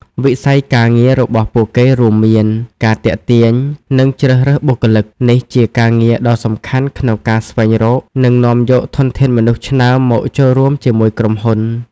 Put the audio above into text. វិស័យការងាររបស់ពួកគេរួមមាន៖ ការទាក់ទាញ និងជ្រើសរើសបុគ្គលិក: នេះជាការងារដ៏សំខាន់ក្នុងការស្វែងរក និងនាំយកធនធានមនុស្សឆ្នើមមកចូលរួមជាមួយក្រុមហ៊ុន។